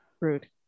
Rude